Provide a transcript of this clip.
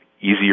easier